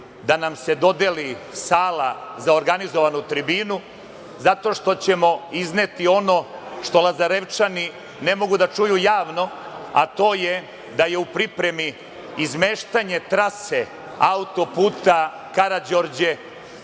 da nam se dodeli sala za organizovanu tribinu zato što ćemo izneti ono što Lazarevčani ne mogu da čuju javno, a to je da je u pripremi izmeštanje trase auto-puta „Karađorđe“,